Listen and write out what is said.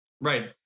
Right